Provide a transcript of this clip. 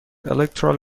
electoral